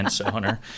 owner